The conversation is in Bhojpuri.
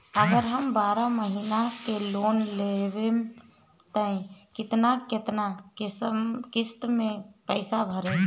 अगर हम बारह महिना के लोन लेहेम त केतना केतना किस्त मे पैसा भराई?